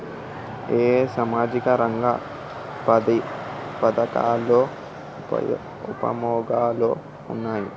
ఏ ఏ సామాజిక రంగ పథకాలు ఉపయోగంలో ఉన్నాయి?